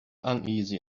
uneasy